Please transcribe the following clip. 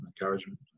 encouragement